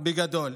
ובגדול.